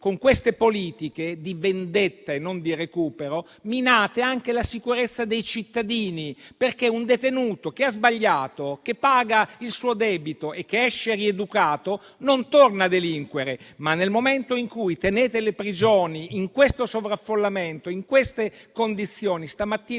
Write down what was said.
con queste politiche di vendetta e non di recupero voi minate anche la sicurezza dei cittadini, perché un detenuto che ha sbagliato, che paga il suo debito e che esce rieducato non torna a delinquere. Invece, nel momento in cui tenete le prigioni in questo stato di sovraffollamento e in queste condizioni (stamattina